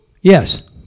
Yes